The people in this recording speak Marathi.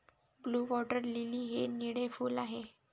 ब्लू वॉटर लिली हे निळे फूल आहे